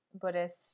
Buddhist